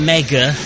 Mega